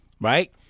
right